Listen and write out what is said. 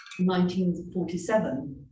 1947